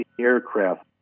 aircraft